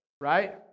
right